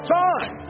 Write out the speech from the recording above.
time